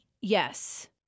Yes